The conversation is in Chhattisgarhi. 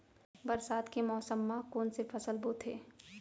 बरसात के मौसम मा कोन से फसल बोथे?